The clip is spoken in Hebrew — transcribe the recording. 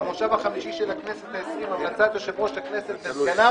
במושב החמישי של הכנסת העשרים המלצת יושב-ראש הכנסת וסגניו,